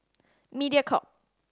Mediacorp